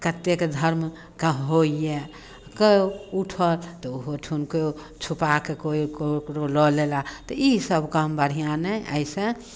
कतेक धर्मके होइए कोइ उठल तऽ ओहूठुनके छुपा कऽ कोइ ककरो लऽ लेला तऽ इसभ काम बढ़िआँ नहि एहिसँ